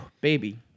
baby